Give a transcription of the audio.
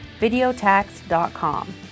VideoTax.com